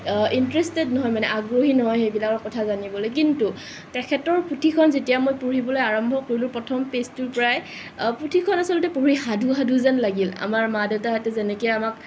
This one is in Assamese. ইণ্টেৰেষ্টেড নহয় মানে আগ্ৰহী নহয় সেইবিলাকৰ কথা জানিবলৈ কিন্তু তেখেতৰ পুথিখন যেতিয়া মই পঢ়িবলৈ আৰম্ভ কৰিলোঁ প্ৰথম পেজটোৰ পৰাই পুথিখন আছলতে পঢ়ি সাধু সাধু যেন লাগিল আমাৰ মা দেউতাহঁতে যেনেকে আমাক